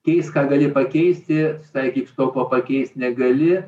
keisk ką gali pakeisti susitaikyk su tuo ko pakeist negali